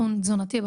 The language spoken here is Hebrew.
הוליסטי.